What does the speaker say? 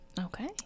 Okay